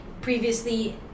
Previously